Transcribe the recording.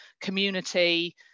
community